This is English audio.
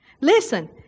Listen